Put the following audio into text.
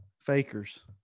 fakers